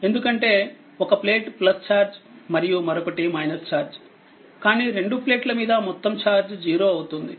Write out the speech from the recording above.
ఎందుకంటే ఒక plate charge మరియుమరొకటి ఛార్జ్ కానీ రెండు ప్లేట్ల మీద మొత్తం చార్జ్ 0 అవుతుంది